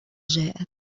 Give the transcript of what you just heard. جاءت